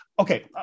Okay